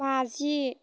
बाजि